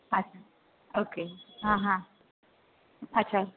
अच्छा ओके हां हां अच्छा